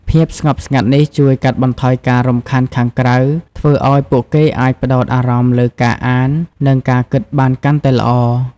ភាពស្ងប់ស្ងាត់នេះជួយកាត់បន្ថយការរំខានខាងក្រៅ ធ្វើឲ្យពួកគេអាច ផ្តោតអារម្មណ៍ លើការអាន និងការគិតបានកាន់តែល្អ។